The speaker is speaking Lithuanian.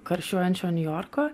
karščiuojančio niujorko